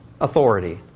authority